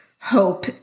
hope